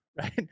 right